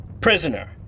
Prisoner